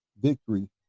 victory